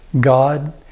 God